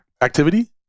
activity